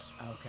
Okay